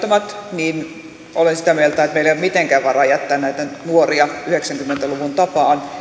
ovat riittämättömät niin olen sitä mieltä että meillä ei ole mitenkään varaa jättää näitä nuoria yhdeksänkymmentä luvun tapaan